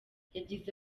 yagize